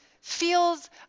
feels